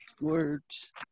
words